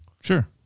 Sure